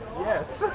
yes